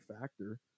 factor